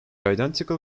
identical